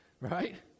Right